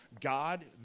God